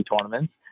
tournaments